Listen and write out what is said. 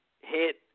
hit